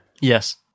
Yes